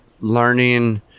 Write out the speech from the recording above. learning